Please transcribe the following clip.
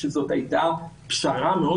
שזאת הייתה פשרה מאוד